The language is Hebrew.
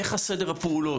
איך סדר הפעולות.